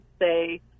say